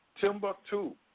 Timbuktu